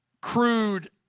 crude